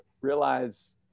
realize